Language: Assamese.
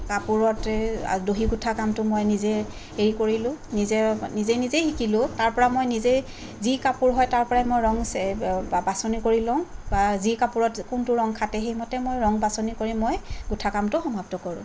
কাপোৰতে দহি গুঠা কামটো মই নিজেই এই কৰিলোঁ নিজেই নিজে নিজেই শিকিলোঁ তাৰপৰা মই নিজেই যি কাপোৰ হয় তাৰপৰাই মই ৰং বাছনি কৰি লওঁ যি কাপোৰত কোনটো ৰং খাটে এই মতেই মই ৰং বাছনি কৰি মই গুঠা কামটো সমাপ্ত কৰোঁ